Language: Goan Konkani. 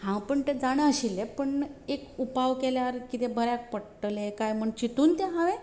हांव पूण तें जाणाशिल्ले पूण एक उपाव केल्यार कितें बऱ्याक पडटले काय म्हण चितून तें हांवें